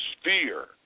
sphere